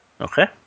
Okay